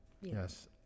Yes